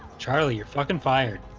charlie you're fucking fired.